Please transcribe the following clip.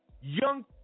young